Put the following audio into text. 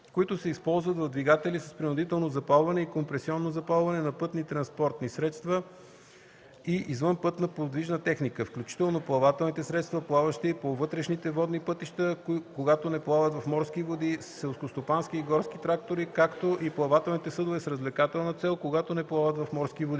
които се използват в двигатели с принудително запалване и компресионно запалване на пътни транспортни средства и извънпътна подвижна техника (включително плавателните средства, плаващи по вътрешните водни пътища, когато не плават в морски води), селскостопански и горски трактори, както и плавателните съдове с развлекателна цел, когато не плават в морски води.